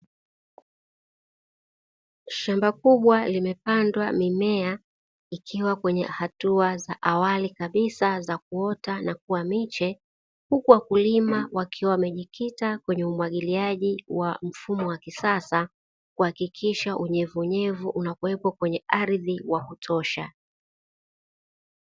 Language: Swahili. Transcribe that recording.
Shamba kubwa limepandwa mimea ikiwa kwenye hatua za awali kabisa za kuota na kuwa miche, huku wakulima wakiwa wamejikita kwenye umwagiliaji wa mfumo wa kisasa, kuhakikisha unyevuunyevu unakuwepo kwenye ardhi wa kutosha.